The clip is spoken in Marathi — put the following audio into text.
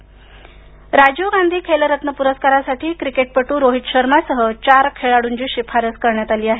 खेलरत्न राजीव गांधी खेलरत्न पुरस्कारासाठी क्रिकेटपटू रोहित शर्मा सह चार खेळाडूंची शिफारस करण्यात आली आहे